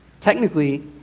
technically